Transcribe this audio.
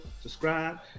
subscribe